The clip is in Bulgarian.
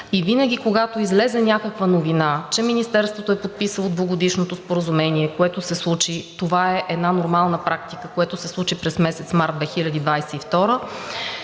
и винаги, когато излезе някаква новина, че Министерството е подписало двугодишното споразумение, това е една нормална практика, което се случи през месец март 2022